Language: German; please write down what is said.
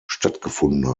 stattgefunden